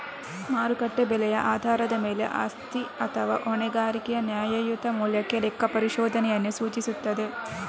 ಮಾರುಕಟ್ಟೆ ಬೆಲೆಯ ಆಧಾರದ ಮೇಲೆ ಆಸ್ತಿ ಅಥವಾ ಹೊಣೆಗಾರಿಕೆಯ ನ್ಯಾಯಯುತ ಮೌಲ್ಯಕ್ಕೆ ಲೆಕ್ಕಪರಿಶೋಧನೆಯನ್ನು ಸೂಚಿಸುತ್ತದೆ